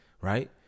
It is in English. Right